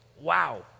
Wow